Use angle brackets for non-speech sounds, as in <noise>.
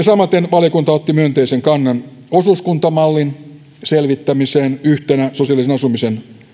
<unintelligible> samaten valiokunta otti myönteisen kannan osuuskuntamallin selvittämiseen yhtenä sosiaalisen asumisen